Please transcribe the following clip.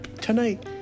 tonight